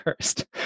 first